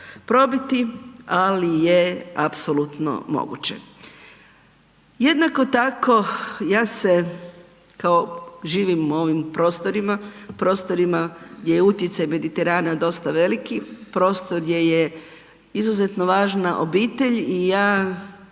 probiti, ali je apsolutno moguće. Jednako tako ja se kao živim u ovim prostorima gdje je utjecaj Mediterana dosta veliki, prostor gdje je izuzetno važna obitelj i ja